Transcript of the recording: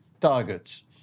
targets